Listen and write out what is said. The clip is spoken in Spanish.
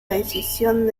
decisión